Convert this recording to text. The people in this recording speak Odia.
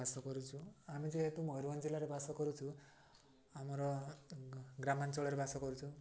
ବାସ କରୁଛୁ ଆମେ ଯେହେତୁ ମୟୂରଭଞ୍ଜ ଜିଲ୍ଲାରେ ବାସ କରୁଛୁ ଆମର ଗ୍ରାମାଞ୍ଚଳରେ ବାସ କରୁଛୁ